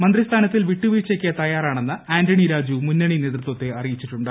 മന്ത്രി സ്ഥാനത്തിൽ വിട്ടുവീഴ്ചക്ക് തയ്യാറാണെന്ന് ആന്റണി രാജു മുന്നണി നേതൃത്വത്തെ അറിയിച്ചിട്ടുണ്ട്